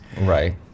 right